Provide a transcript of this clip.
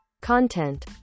content